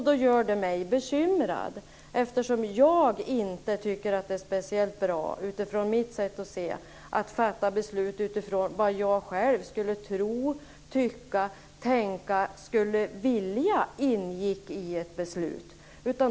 Det gör mig bekymrad eftersom jag inte tycker att det är speciellt bra att fatta beslut utifrån vad jag själv skulle tro, tycka, tänka, vilja ingick i ett beslut.